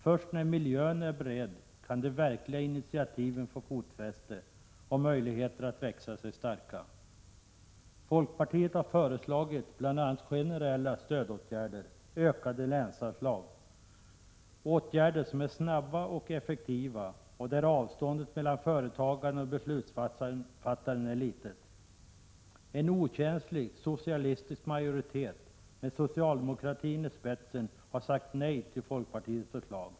Först när miljön är beredd kan de verkliga initiativen få fotfäste och möjlighet att växa sig starka. Folkpartiet har föreslagit bl.a. generella stödåtgärder och ökade länsanslag. Det är åtgärder som är snabba och effektiva och där avståndet mellan företagaren och beslutsfattaren är litet. En okänslig socialistisk majoritet med socialdemokraterna i spetsen har sagt nej till folkpartiets förslag.